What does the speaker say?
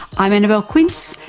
i'm annabelle quince,